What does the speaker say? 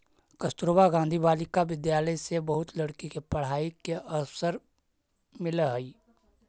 कस्तूरबा गांधी बालिका विद्यालय से बहुत लड़की के पढ़ाई के अवसर मिलऽ हई